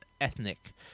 ethnic